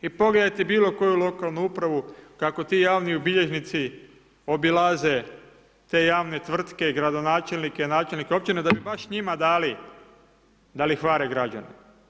I pogledajte bilo koju lokalnu upravu kako ti javni bilježnici obilaze te javne tvrtke, gradonačelnike, načelnike, općine da bi baš njima dali da lihvare građane.